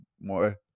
more